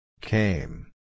Came